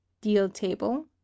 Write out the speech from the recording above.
deal-table